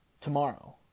tomorrow